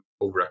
over